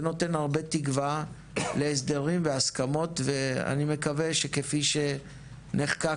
זה נותן הרבה תקווה להסדרים והסכמות ואני מקווה שכפי שנחקק